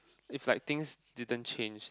is like things didn't change